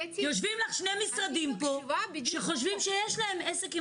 יושבים לך שני משרדים פה שחושבים שיש להם עסק עם